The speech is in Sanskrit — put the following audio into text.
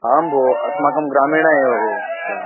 आं भो अस्माकं ग्रामेण एव भो